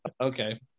Okay